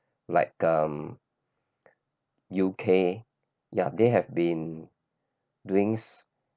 like um U_K yeah they have been doings